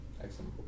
Excellent